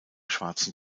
schwarzen